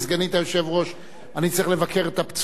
אז אם גברתי מוכנה לבוא ולהחליף אותי,